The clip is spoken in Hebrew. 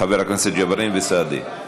חברי הכנסת ג'בארין וסעדי.